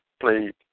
Played